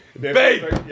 Babe